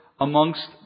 Amongst